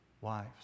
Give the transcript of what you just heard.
Wives